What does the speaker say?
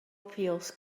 piws